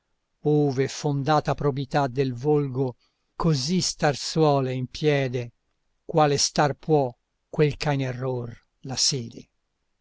ove fondata probità del volgo così star suole in piede quale star può quel ch'ha in error la